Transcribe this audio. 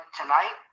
tonight